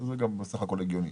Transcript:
בסך הכול זה הגיוני.